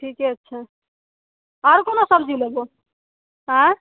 ठीके छै आर कोनो सबजी लेबहो आँय